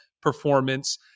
performance